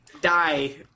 die